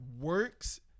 works